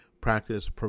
practice